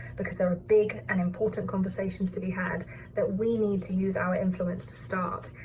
because there are big and important conversations to be had that we need to use our influence to start.